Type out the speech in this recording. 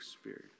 Spirit